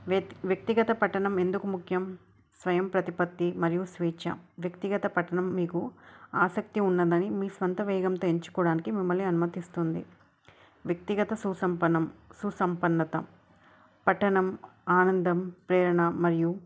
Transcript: వ్యక్తి వ్యక్తిగత పట్టణం ఎందుకు ముఖ్యం స్వయం ప్రతిపత్తి మరియు స్వేచ్ఛ వ్యక్తిగత పట్టణం మీకు ఆసక్తి ఉన్నదని మీ స్వంత వేగంతో ఎంచుకోవడానికి మిమల్ని అనుమతిస్తుంది వ్యక్తిగత సుసంపన్నం సుసంపన్నత పట్టణం ఆనందం ప్రేరణ మరియు